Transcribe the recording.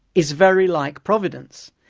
is very like providence.